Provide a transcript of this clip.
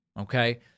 Okay